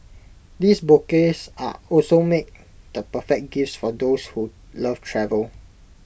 these bouquets are also make the perfect gifts for those who love travel